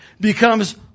becomes